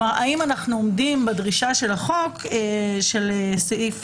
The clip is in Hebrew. האם אנחנו עומדים בדרישה של החוק של סעיף